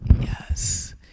yes